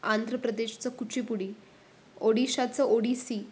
आंध्र प्रदेशचं कुचीपुडी ओडिशाचं ओडिसी